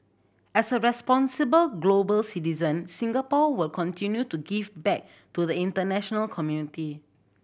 as a responsible global citizen Singapore will continue to give back to the international community